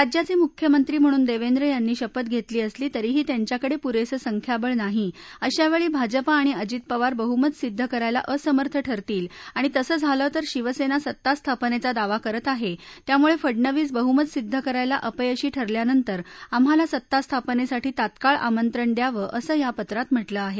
राज्याचे मुख्यमंत्री म्हणून देवेंद्र यांनी शपथ घेतली असली तरीही त्यांच्याकडे पुरेसं संख्याबळ नाही अशावेळी भाजपा आणि अजित पवार बहुमत सिद्ध करायला असमर्थ ठरतील आणि तसं झालं तर शिवसेना सत्तास्थापनेचा दावा करत आहे त्यामुळे फडणवीस बहुमत सिद्ध करायला अपयशी ठरल्यानंतर आम्हाला सत्ता स्थापनेसाठी तात्काळ आमंत्रण द्यावं असं या पत्रात म्हटलं आहे